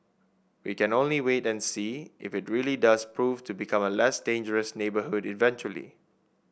we can only wait and see if it really does prove to become a less dangerous neighbourhood eventually